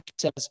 says